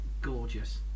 gorgeous